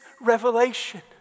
revelation